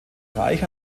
reich